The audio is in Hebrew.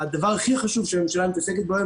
הדבר הכי חשוב שהממשלה מתעסקת בו היום,